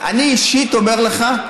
אני אישית אומר לך,